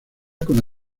con